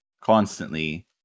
constantly